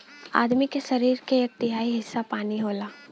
आदमी के सरीर क एक तिहाई हिस्सा पानी होला